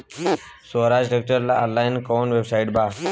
सोहराज tractor ला online कोउन website बा?